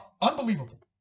unbelievable